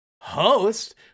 host